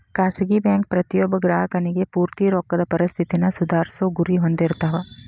ಖಾಸಗಿ ಬ್ಯಾಂಕ್ ಪ್ರತಿಯೊಬ್ಬ ಗ್ರಾಹಕನಿಗಿ ಪೂರ್ತಿ ರೊಕ್ಕದ್ ಪರಿಸ್ಥಿತಿನ ಸುಧಾರ್ಸೊ ಗುರಿ ಹೊಂದಿರ್ತಾವ